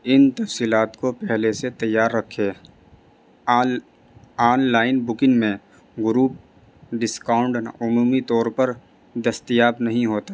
ان تفصیلات کو پہلے سے تیار رکھے آن آن لائن بکنگ میں گروپ ڈسکاؤنٹ عمومی طور پر دستیاب نہیں ہوتا